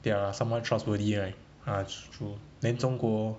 ya lah some more trust worthy right uh true then 中国